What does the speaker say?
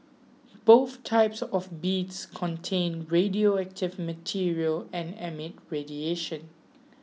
both types of beads contain radioactive material and emit radiation